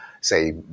say